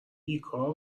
بیکار